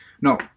No